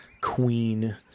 Queen